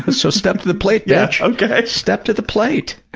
and so, step to the plate, yeah okay. step to the plate.